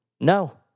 No